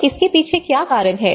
तो इसके पीछे क्या कारण है